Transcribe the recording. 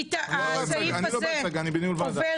הסעיף הזה עובר